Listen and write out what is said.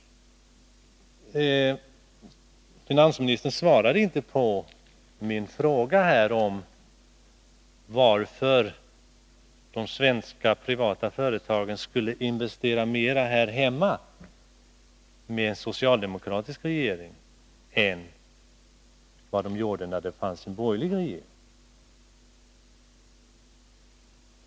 Finansministern svarade inte på min fråga om varför de svenska privata företagen skulle investera mera här hemma om vi har en socialdemokratisk regering än vad de gjorde när vi hade en borgerlig regering.